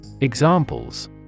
Examples